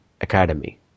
Academy